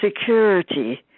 Security